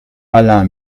alain